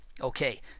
Okay